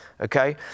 Okay